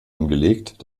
angelegt